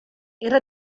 era